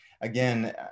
again